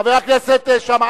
חבר הכנסת שאמה,